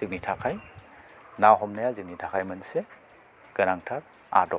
जोंनि थाखाय ना हमनाया जोंनि थाखाय मोनसे गोनांथार आदब